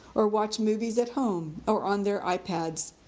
or watched movies at home or on their i-pads?